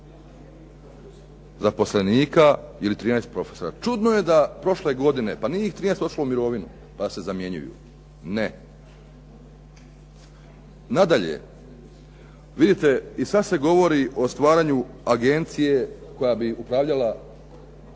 zaposlenika ili 13 profesora. Čudno je da prošle godine, pa nije ih 13 otišlo u mirovinu pa da se zamjenjuju. Ne. Nadalje, vidite i sad se govori o stvaranju agencije koja bi upravljala